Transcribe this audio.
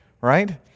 right